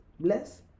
Bless